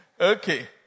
Okay